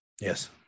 Yes